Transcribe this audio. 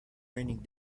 raining